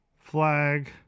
flag